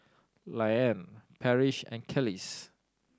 Liane Parrish and Kelis